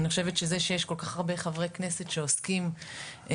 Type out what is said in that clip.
אני חושבת שזה שיש כל כך הרבה חברי כנסת שעוסקים בגליל,